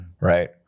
right